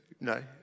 No